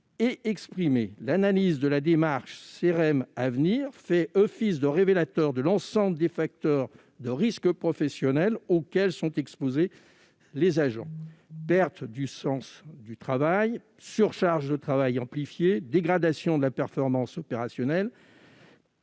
et exprimer. L'analyse de la démarche « Cerem'Avenir » fait office de révélateur de l'ensemble des facteurs de risques professionnels auxquels sont exposés les agents : perte du sens du travail, surcharge de travail amplifiée, dégradation de la performance opérationnelle,